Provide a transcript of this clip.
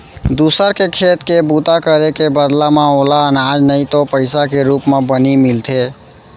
दूसर के खेत के बूता करे के बदला म ओला अनाज नइ तो पइसा के रूप म बनी मिलथे